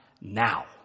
now